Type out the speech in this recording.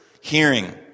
hearing